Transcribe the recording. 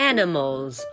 Animals